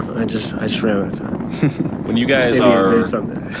i just i just ran when you guys are something